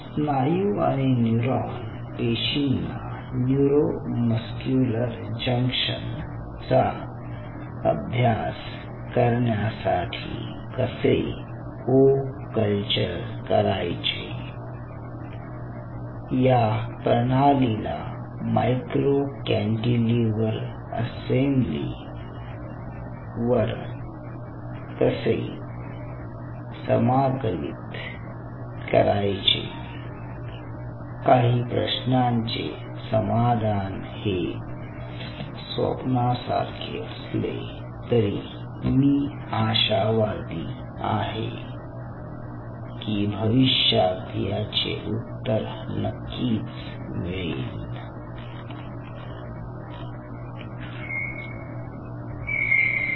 स्नायू आणि न्यूरॉन पेशींना न्यूरो मस्क्युलर जंक्शन चा अभ्यास करण्यासाठी कसे को कल्चर करायचे या प्रणालीला मायक्रो कॅन्टीलिव्हर असेंब्ली वर कसे समाकलित करायचे काही प्रश्नांचे समाधान हे स्वप्ना सारखे असले तरी मी आशावादी आहे की भविष्यात याचे उत्तर नक्कीच मिळेल